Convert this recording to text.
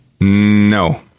no